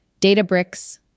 Databricks